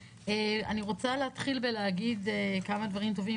אתחיל בלהגיד כמה דברים טובים.